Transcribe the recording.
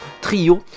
trio